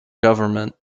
government